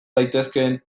daitezkeen